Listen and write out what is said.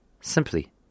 simply